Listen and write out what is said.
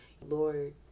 Lord